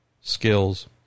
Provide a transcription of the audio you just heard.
skills